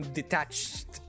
detached